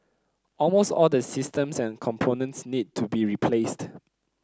almost all the systems and components need to be replaced